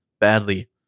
badly